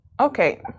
Okay